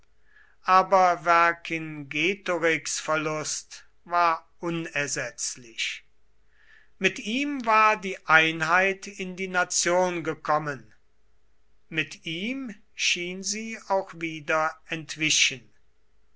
aber vercingetorix verlust war unersetzlich mit ihm war die einheit in die nation gekommen mit ihm schien sie auch wieder entwichen